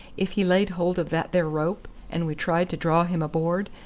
if he laid hold of that there rope, and we tried to draw him aboard,